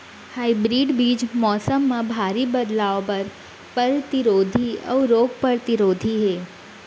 hybrid बीज मौसम मा भारी बदलाव बर परतिरोधी अऊ रोग परतिरोधी हे